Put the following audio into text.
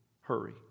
hurry